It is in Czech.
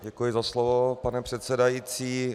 Děkuji za slovo, pane předsedající.